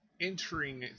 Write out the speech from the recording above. entering